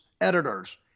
editors